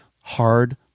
hard